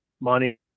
money